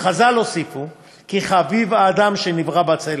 וחז"ל הוסיפו, כי "חביב אדם שנברא בצלם".